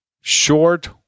short